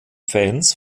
fans